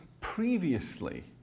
previously